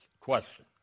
question